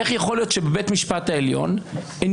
איך יכול להיות שבבית המשפט העליון אין